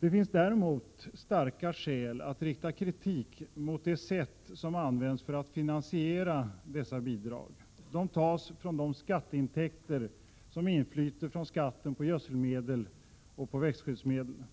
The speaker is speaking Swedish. Det finns däremot starka skäl att rikta kritik mot det sätt som använts för att finansiera dessa bidrag. De tas från de intäkter som inflyter från skatten på gödselmedel och på växtskyddsmedel.